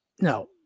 no